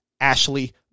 ashley